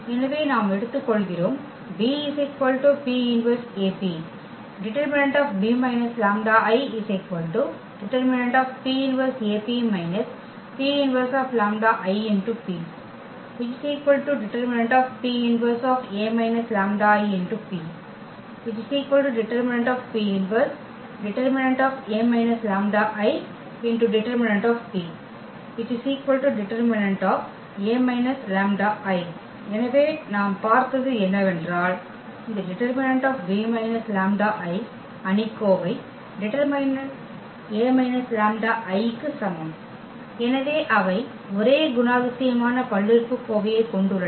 எனவே நாம் எடுத்துக்கொள்கிறோம் B P−1AP detB − λI det P−1AP − P−1λIP detP−1A − λIP detP−1 detA − λI det detA − λI எனவே நாம் பார்த்தது என்னவென்றால் இந்த detB−λI அணிக்கோவை detA−λI க்கு சமம் எனவே அவை ஒரே குணாதிசயமான பல்லுறுப்புக்கோவையைக் கொண்டுள்ளன